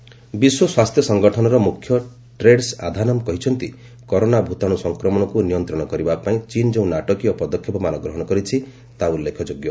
ଚୀନ୍ ଭାଇରସ୍ ବିଶ୍ୱ ସ୍ୱାସ୍ଥ୍ୟ ସଙ୍ଗଠନର ମ୍ରଖ୍ୟ ଟେଡ୍ରସ୍ ଆଧାନମ୍ କହିଛନ୍ତି ନୋଭେଲ୍ କରୋନା ଭୂତାଣୁ ସଂକ୍ରମଣକୁ ନିୟନ୍ତ୍ରଣ କରିବାପାଇଁ ଚୀନ୍ ଯେଉଁ ନାଟକୀୟ ପଦକ୍ଷେପମାନ ଗ୍ରହଣ କରିଛି ତାହା ଉଲ୍ଲେଖଯୋଗ୍ୟ